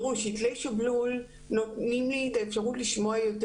שתלי שבלול נותנים לי את האפשרות לשמוע יותר